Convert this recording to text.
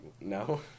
No